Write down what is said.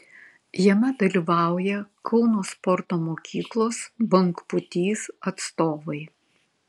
jame dalyvauja kauno sporto mokyklos bangpūtys atstovai